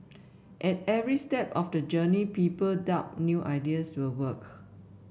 at every step of the journey people doubt new ideas will work